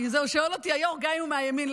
שואל אותי היו"ר: גם אם הוא מהימין?